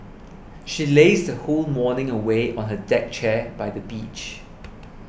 she lazed her whole morning away on her deck chair by the beach